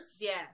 Yes